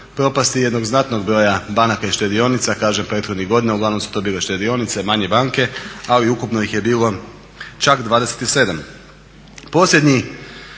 propasti jednog znatnog broja banaka i štedionica kažem prethodnih godina, uglavnom su to bile štedionice, manje banke, ali ukupno ih je bilo čak 27.